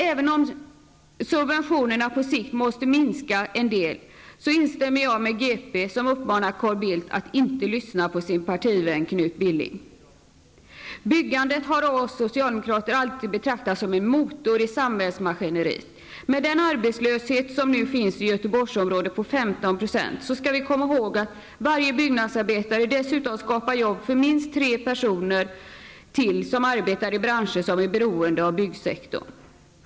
Även om subventionerna på sikt måste minska en del, instämmer jag med GP, som uppmanar Carl Bildt att inte lyssna på sin partivän Knut Billing. Byggandet har av oss socialdemokrater alltid betraktats som en motor i samhällsmaskineriet. Med den arbetslöshet på 15 % som nu finns i Göteborgsområdet, skall vi komma ihåg att varje byggnadsarbetare dessutom skapar jobb för minst tre personer till som arbetar i branscher som är beroende av byggsektorn.